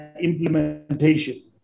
implementation